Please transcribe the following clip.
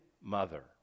mother